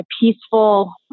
peaceful